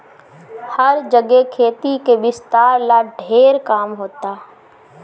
हर जगे खेती के विस्तार ला ढेर काम होता